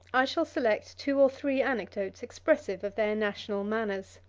i shall select two or three anecdotes expressive of their national manners.